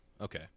Okay